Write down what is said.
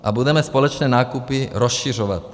A budeme společné nákupy rozšiřovat.